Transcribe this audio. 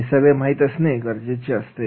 हे सगळे माहीत असणे गरजेचे असते